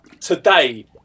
today